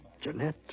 Jeanette